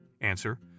Answer